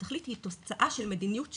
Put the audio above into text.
התכלית היא תוצאה של מדיניות השרים.